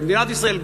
ומדינת ישראל,